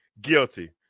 guilty